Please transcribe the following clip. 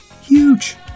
Huge